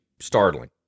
startling